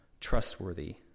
trustworthy